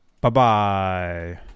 Bye-bye